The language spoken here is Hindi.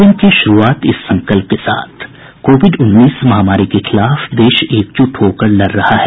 बुलेटिन की शुरूआत इस संकल्प के साथ कोविड उन्नीस महामारी के खिलाफ देश एकजुट होकर लड़ रहा है